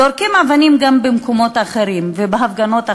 זורקים אבנים גם במקומות אחרים ובהפגנות אחרות,